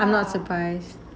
I'm not surprised